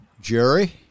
Jerry